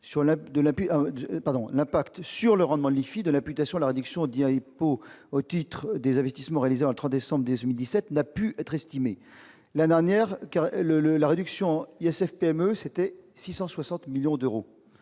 l'impact sur le rendement de l'IFI de l'imputation de la réduction d'impôt au titre des investissements réalisés avant le 31 décembre 2017 n'a pu être estimé ». L'année dernière, la réduction ISF-PME représentait 660 millions d'euros.